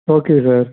okay sir